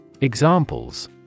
Examples